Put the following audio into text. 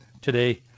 today